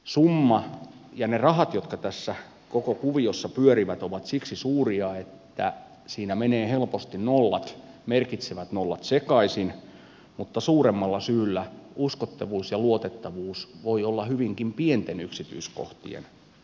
summa ja ne rahat jotka tässä koko kuviossa pyörivät ovat siksi suuria että siinä menee helposti nollat merkitsevät nollat sekaisin mutta sitä suuremmalla syyllä uskottavuus ja luotettavuus voi olla hyvinkin pienten yksityiskohtien takana